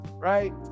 Right